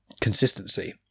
consistency